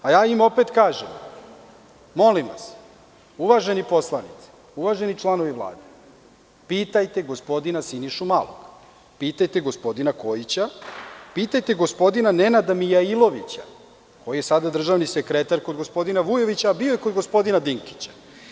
Opet im kažem, molim vas, uvaženi poslanici, uvaženi članovi Vlade, pitajte gospodina Sinišu Malog, pitajte gospodina Kojića, pitajte gospodina Nenada Mijailovića, on je sada državni sekretar kod gospodina Vujovića, a bio je kod gospodina Dinkića.